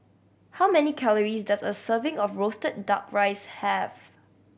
how many calories does a serving of roasted Duck Rice have